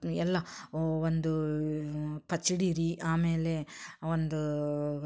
ಎಲ್ಲ ಒಂದು ಪಚಡಿ ರೀ ಆಮೇಲೆ ಒಂದು